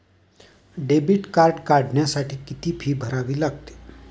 Debit card काढण्यासाठी किती fee भरावी लागते?